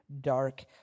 dark